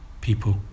people